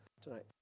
tonight